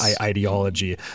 ideology